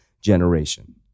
generation